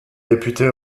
députés